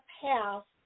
past